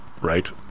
right